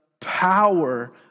power